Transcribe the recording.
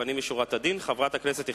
לפנים משורת הדין, חברת הכנסת יחימוביץ,